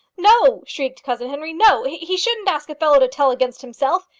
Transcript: no! shrieked cousin henry no! he shouldn't ask a fellow to tell against himself.